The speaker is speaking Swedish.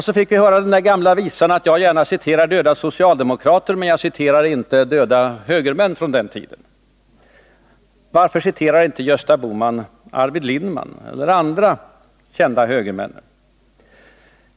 Så fick vi höra den gamla visan att jag gärna citerar döda socialdemokrater, men jag citerar inte döda högermän från samma tid. Varför citerar inte Gösta Bohman Arvid Lindman eller andra kända högermän?